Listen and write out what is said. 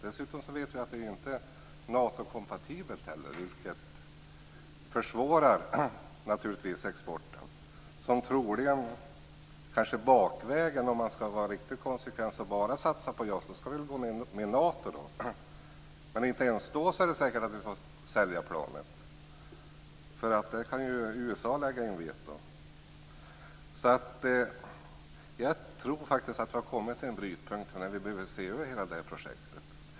Dessutom vet vi att det inte heller är Natokompatibelt, vilket naturligtvis försvårar exporten. Om vi skall vara riktigt konsekventa och bara satsa på JAS, skall vi väl gå med i Nato, men inte ens då är det säkert att vi får sälja planet, eftersom USA där kan lägga in veto mot det. Jag tror faktiskt att vi har kommit fram till en brytpunkt där hela det här projektet behöver ses över.